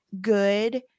good